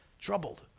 troubled